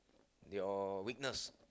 your weakness